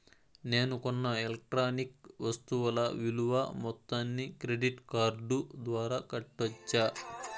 నేను కొన్న ఎలక్ట్రానిక్ వస్తువుల విలువ మొత్తాన్ని క్రెడిట్ కార్డు ద్వారా కట్టొచ్చా?